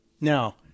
Now